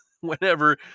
whenever